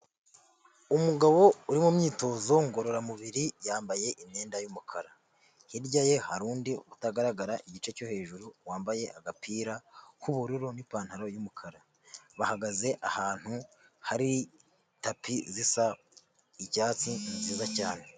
Umugabo uri mu myitozo ngororamubiri yambaye imyenda y'umukara, hirya ye hari undi utagaragara igice cyo hejuru wambaye agapira k'ubururu n'ipantaro y'umukara bahagaze ahantu hari tapi zisa icyatsi ni nziza cyane.